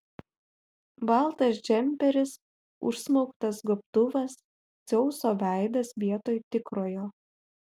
baltas džemperis užsmauktas gobtuvas dzeuso veidas vietoj tikrojo